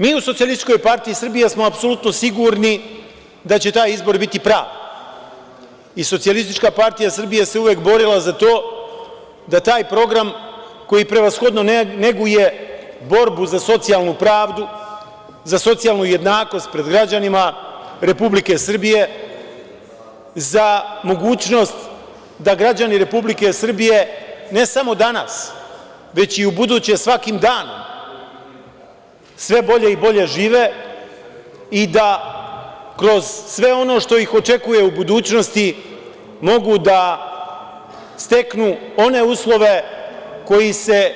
Mi u Socijalističkoj partiji Srbije smo apsolutno sigurni da će taj izbor biti pravi i Socijalistička partija Srbije se uvek borila za to da taj program koji, prevashodno, neguje borbu za socijalnu pravdu, za socijalnu jednakost pred građanima Republike Srbije, za mogućnost da građani Republike Srbije, ne samo danas već i ubuduće svakim danom, sve bolje i bolje žive i da kroz sve ono što ih očekuje u budućnosti mogu da steknu one uslove koji se